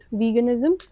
veganism